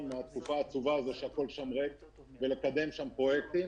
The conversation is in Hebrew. מהתקופה העצובה הזאת שהכול שם ריק ולקדם שם פרויקטים.